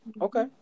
Okay